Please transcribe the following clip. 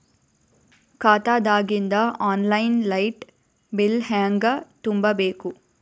ಖಾತಾದಾಗಿಂದ online light bill ಹೇಂಗ ತುಂಬಾ ಬೇಕು?